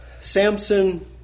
Samson